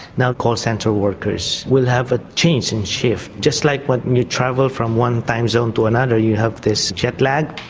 now call centre workers will have a change in shift. just like when you travel from one time zone to another, you have this jet lag